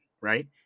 Right